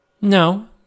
No